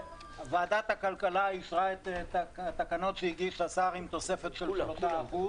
ועדת הכלכלה אישרה את תקנות שהגיש השר עם תוספת של 3%,